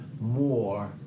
more